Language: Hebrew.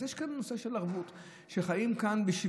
אז יש כאן נושא של ערבות, חיים כאן.